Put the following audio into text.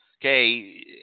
Okay